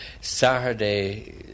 Saturday